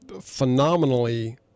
phenomenally